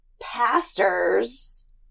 pastors